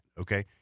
okay